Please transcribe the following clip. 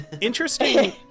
Interesting